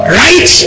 right